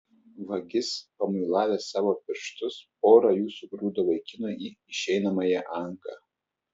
vagis pamuilavęs savo pirštus pora jų sugrūdo vaikinui į išeinamąją angą